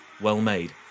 well-made